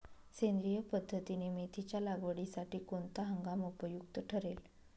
सेंद्रिय पद्धतीने मेथीच्या लागवडीसाठी कोणता हंगाम उपयुक्त ठरेल?